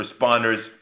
responders